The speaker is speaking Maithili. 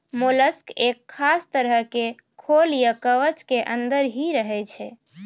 मोलस्क एक खास तरह के खोल या कवच के अंदर हीं रहै छै